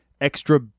extra